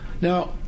Now